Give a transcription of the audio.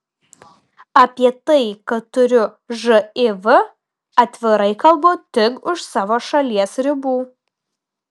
apie tai kad turiu živ atvirai kalbu tik už savo šalies ribų